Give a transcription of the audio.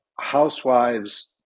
housewives